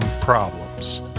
problems